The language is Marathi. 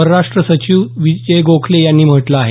परराष्ट सचिव विजय गोखले यांनी म्हटलं आहे